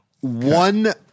One